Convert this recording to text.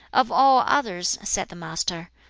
of all others, said the master,